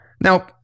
Now